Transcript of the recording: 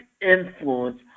influence